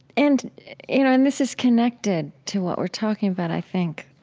and you know and this is connected to what we're talking about i think.